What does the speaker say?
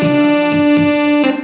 and